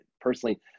Personally